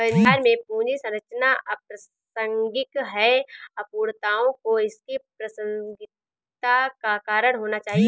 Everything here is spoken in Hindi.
बाजार में पूंजी संरचना अप्रासंगिक है, अपूर्णताओं को इसकी प्रासंगिकता का कारण होना चाहिए